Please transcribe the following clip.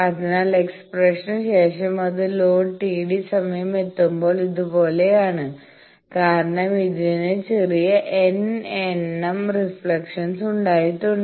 അതിനാൽ എക്സ്പ്രഷനുശേഷം അത് ലോഡ് TD സമയം എത്തുമ്പോൾ ഇതുപോലെയാണ് കാരണം ഇതിന് ചെറിയ n എണ്ണം റിഫ്ലക്ഷൻസ് ഉണ്ടായിട്ടുണ്ട്